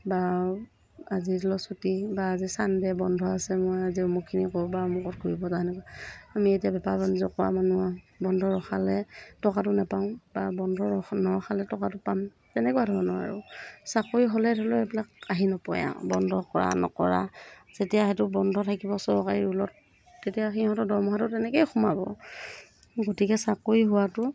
বা আজি ধৰি লওক চুটি বা আজি চানডে বন্ধ আছে মই আজি অমুকখিনি কৰিব পাৰোঁ বা অমুকত কৰিব যাওঁ আমি এতিয়া বেপাৰ বাণিজ্য কৰা মানুহ আৰু বন্ধ ৰখালে টকাটো নেপাওঁ বা বন্ধ নৰখালে টকাটো পাম তেনেকুৱা ধৰণৰ আৰু চাকৰি হ'লে ধৰি লওক এইবিলাক আহি নপৰে আৰু বন্ধ কৰা নকৰা যেতিয়া সেইটো বন্ধ থাকিব চৰকাৰী ৰোলত তেতিয়া সিহঁতৰ দৰমহাটো তেনেকেই সোমাব গতিকে চাকৰি হোৱাটো